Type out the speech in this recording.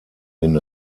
den